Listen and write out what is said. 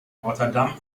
rotterdam